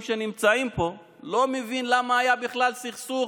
שנמצאים פה לא מבין למה היה בכלל סכסוך